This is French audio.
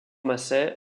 massey